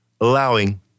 allowing